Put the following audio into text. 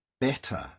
better